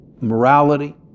morality